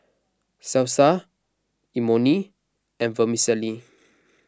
Salsa Imoni and Vermicelli